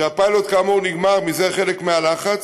שהפיילוט כאמור נגמר, ומזה חלק מהלחץ,